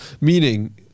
Meaning